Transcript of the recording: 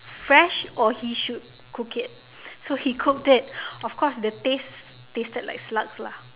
fresh or he should cook it so he cooked it of course the taste tasted like slugs lah